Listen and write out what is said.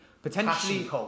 Potentially